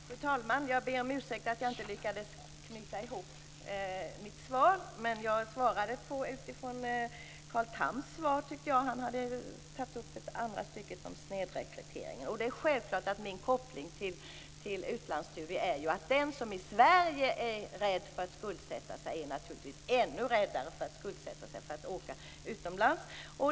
Fru talman! Jag ber om ursäkt för att jag inte lyckades knyta ihop mitt svar. Men jag gav svar utifrån Carl Thams svar. Han tog upp snedrekryteringen. Det är självklart att min koppling till utlandsstudier är att den som i Sverige är rädd för att skuldsätta sig naturligtvis är ännu räddare för att skuldsätta sig för att åka utomlands.